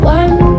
one